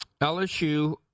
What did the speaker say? LSU